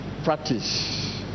Practice